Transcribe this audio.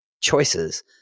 choices